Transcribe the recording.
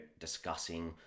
discussing